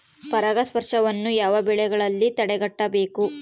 ಪರಾಗಸ್ಪರ್ಶವನ್ನು ಯಾವ ಬೆಳೆಗಳಲ್ಲಿ ತಡೆಗಟ್ಟಬೇಕು?